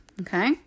okay